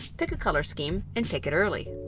pick a color scheme, and pick it early.